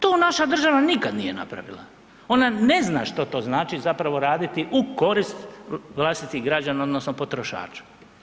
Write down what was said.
To naša država nikad nije napravila, ona ne zna što to znači zapravo raditi u korist vlastitih građana odnosno potrošača.